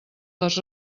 les